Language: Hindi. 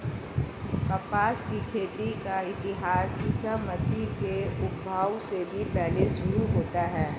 कपास की खेती का इतिहास ईसा मसीह के उद्भव से भी पहले शुरू होता है